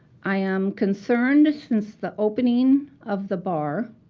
i am concerned since the opening of the bar